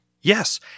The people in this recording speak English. Yes